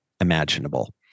imaginable